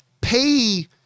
pay